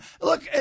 Look